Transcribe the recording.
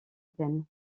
plaine